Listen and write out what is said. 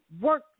work